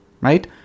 Right